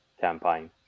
campaign